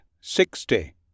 sixty